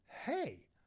Hey